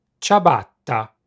Ciabatta